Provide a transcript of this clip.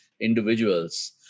individuals